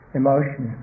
emotion